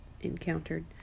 encountered